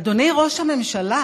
אדוני ראש הממשלה,